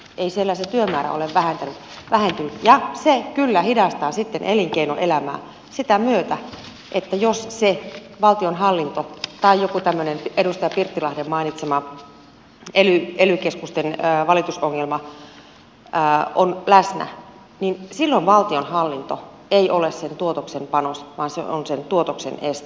ei siellä se työmäärä ole vähentynyt ja se kyllä hidastaa sitten elinkeinoelämää sitä myötä että jos se valtionhallinto tai joku tämmöinen edustaja pirttilahden mainitsema ely keskusten valitusongelma on läsnä niin silloin valtionhallinto ei ole sen tuotoksen panos vaan se on sen tuotoksen este